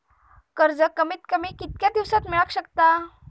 कर्ज कमीत कमी कितक्या दिवसात मेलक शकता?